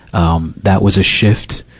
um, that was a shift.